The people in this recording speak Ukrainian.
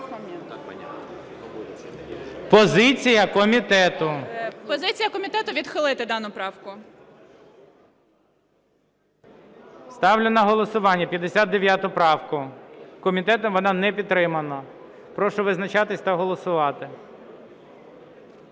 ЯНЧЕНКО Г.І. Позиція комітету – відхилити дану правку. ГОЛОВУЮЧИЙ. Ставлю на голосування 59 правку. Комітетом вона не підтримана. Прошу визначатися та голосувати.